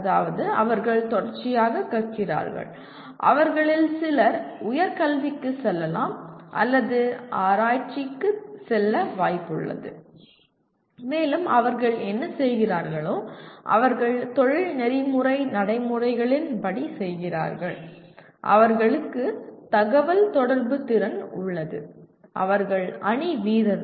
அதாவது அவர்கள் தொடர்ச்சியாக கற்கிறார்கள் அவர்களில் சிலர் உயர்கல்விக்கு செல்லலாம் அல்லது ஆராய்ச்சிக்கு செல்ல வாய்ப்புள்ளது மேலும் அவர்கள் என்ன செய்கிறார்களோ அவர்கள் தொழில் நெறிமுறை நடைமுறைகளின் படி செய்கிறார்கள் அவர்களுக்கு தகவல் தொடர்பு திறன் உள்ளது அவர்கள் அணி வீரர்கள்